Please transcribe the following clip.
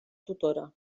tutora